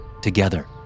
Together